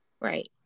right